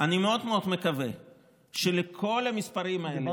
אני מאוד מאוד מקווה שלכל המספרים האלה,